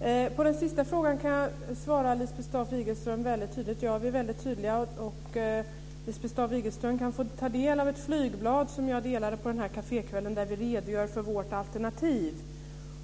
Herr talman! På den sista frågan kan jag svara Lisbeth Staaf-Igelström att vi är väldigt tydliga. Lisbeth Staaf-Igelström kan få ta del av ett flygblad som jag delade ut på den här kafékvällen. Där redogör vi för vårt alternativ